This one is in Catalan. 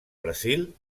brasil